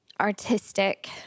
artistic